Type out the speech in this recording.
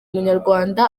munyarwanda